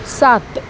सात